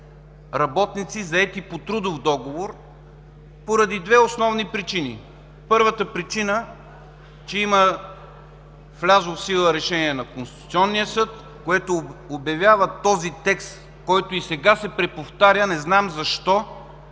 работници, заети по трудов договор, поради две основни причини. Първата причина е, че има влязло в сила решение на Конституционния съд, което обявява този текст, който и сега се преповтаря, не знам защо